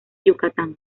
yucatán